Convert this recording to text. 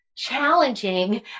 challenging